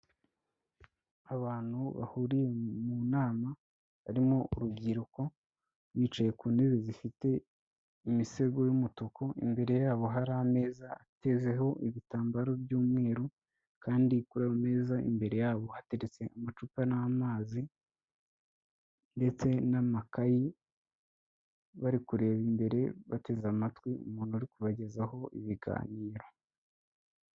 Abantu bahuriye mu nama barimo urubyiruko, bicaye ku ntebe zifite imisego y'umutuku, imbere yabo hari ameza atezeho ibitambaro by'umweru kandi kuri ayo meza imbere yabo hateretse amacupa n'amazi ndetse n'amakayi, bari kureba imbere bateze amatwi umuntu uri kubagezaho ibiganiro.